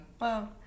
Wow